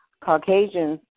Caucasians